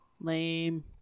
Lame